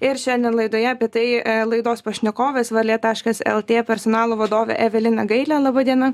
ir šiandien laidoje apie tai laidos pašnekovės varlė taškas lt personalo vadovė evelina gailė laba diena